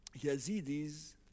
Yazidis